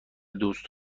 دوست